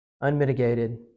unmitigated